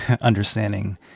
understanding